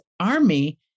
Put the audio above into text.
army